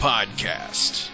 Podcast